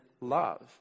love